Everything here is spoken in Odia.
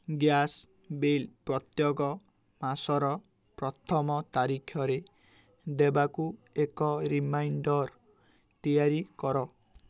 ଗ୍ୟାସ୍ ବିଲ୍ ପ୍ରତ୍ୟେକ ମାସର ପ୍ରଥମ ତାରିଖରେ ଦେବାକୁ ଏକ ରିମାଇଣ୍ଡର୍ ତିଆରି କର